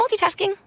multitasking